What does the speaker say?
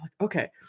okay